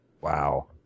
Wow